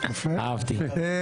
אהבתי.